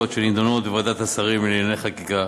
שנדונות בוועדת השרים לענייני חקיקה